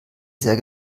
sehr